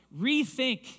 rethink